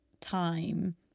time